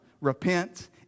repent